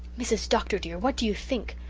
mrs. dr. dear, what do you think?